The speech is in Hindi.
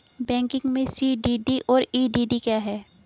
बैंकिंग में सी.डी.डी और ई.डी.डी क्या हैं?